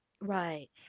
Right